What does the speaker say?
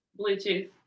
Bluetooth